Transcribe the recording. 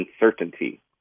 uncertainty